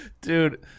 Dude